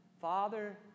Father